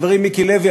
חברי מיקי לוי,